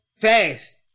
fast